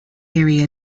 area